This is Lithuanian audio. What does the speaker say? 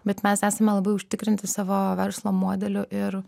bet mes esame labai užtikrinti savo verslo modeliu ir